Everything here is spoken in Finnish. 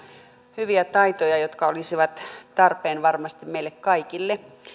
hyviä taitoja jotka olisivat tarpeen varmasti meille kaikille